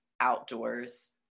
outdoors